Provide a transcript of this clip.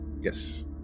yes